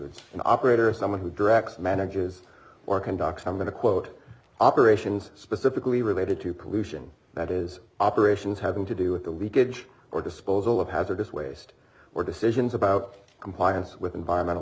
an operator someone who directs manages or conducts i'm going to quote operations specifically related to pollution that is operations having to do with the leakage or disposal of hazardous waste or decisions about compliance with environmental